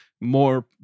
More